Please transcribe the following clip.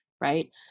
right